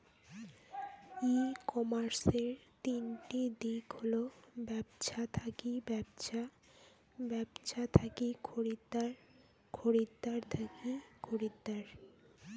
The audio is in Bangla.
ই কমার্সের তিনটি দিক হল ব্যবছা থাকি ব্যবছা, ব্যবছা থাকি খরিদ্দার, খরিদ্দার থাকি খরিদ্দার